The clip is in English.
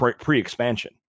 pre-expansion